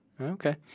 Okay